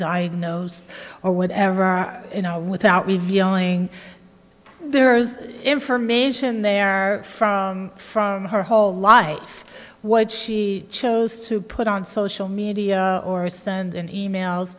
diagnose or whatever are you know without revealing there is information there from from her whole life what she chose to put on social media or send e mail